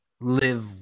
live